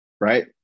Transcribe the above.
right